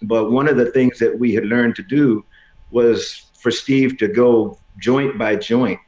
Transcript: but one of the things that we had learned to do was for steve to go joint by joint